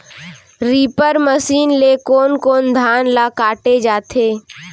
Reaper machine ले कोन कोन धान ल काटे जाथे?